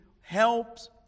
helps